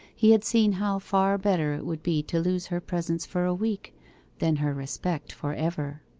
he had seen how far better it would be to lose her presence for a week than her respect for ever.